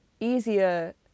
easier